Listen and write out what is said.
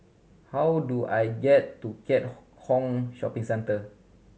how do I get to Keat Hong Shopping Centre